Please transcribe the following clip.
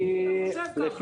כי --- כי אתה חושב ככה.